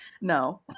No